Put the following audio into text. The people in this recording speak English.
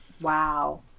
Wow